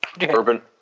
Urban